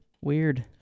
Weird